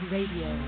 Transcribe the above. Radio